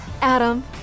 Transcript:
Adam